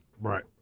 Right